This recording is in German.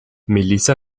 melissa